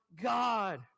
God